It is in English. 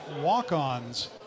walk-ons